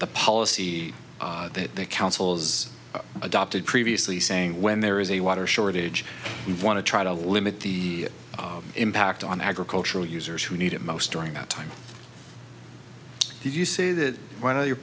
the policy that the councils adopted previously saying when there is a water shortage you want to try to limit the impact on agricultural users who need it most during that time did you say that one of your